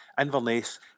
Inverness